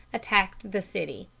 attacked the city.